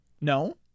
No